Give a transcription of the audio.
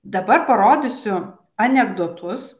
dabar parodysiu anekdotus